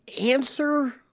answer